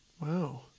wow